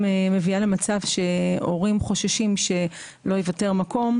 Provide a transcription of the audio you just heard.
מביאה למצב שהורים חוששים שלא יוותר מקום,